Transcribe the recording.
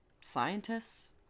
scientists